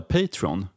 Patreon